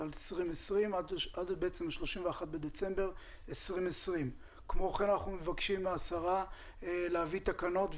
עד 31 בדצמבר 2020. כמו כן אנחנו מבקשים מהשרה להביא תקנות,